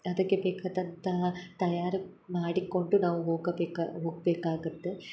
ಅದಕ್ಕೆ ಬೇಕಾದಂತಹ ತಯಾರು ಮಾಡಿಕೊಂಡು ನಾವು ಹೋಗಬೇಕ ಹೋಗಬೇಕಾಗುತ್ತೆ